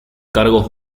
cargos